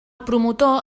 promotor